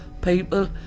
people